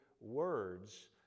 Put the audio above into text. words